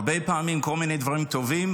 הרבה פעמים כל מיני דברים טובים,